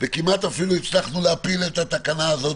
וכמעט אפילו הצלחנו להפיל את התקנה הזאת,